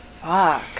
Fuck